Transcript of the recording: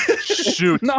Shoot